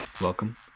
Welcome